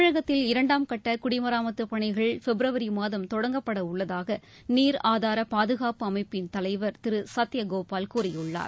தமிழகத்தில் இரண்டாம் கட்ட குடிமராமத்து பணிகள் பிப்ரவரிமாதம் தொடங்கப்படவுள்ளதாக நீர் ஆதார பாதுகாப்பு அமைப்பின் தலைவர் திரு சத்யகோபால் கூறியுள்ளார்